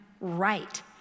right